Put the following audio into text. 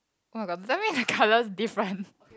!wah! but don't tell me the colours different